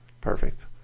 Perfect